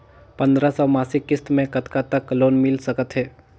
पंद्रह सौ मासिक किस्त मे कतका तक लोन मिल सकत हे?